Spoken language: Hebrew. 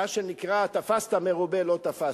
מה שנקרא, תפסת מרובה, לא תפסת.